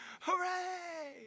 Hooray